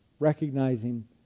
recognizing